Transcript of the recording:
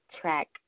track